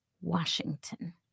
Washington